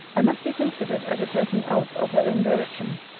i must be considered as a person out of her own direction.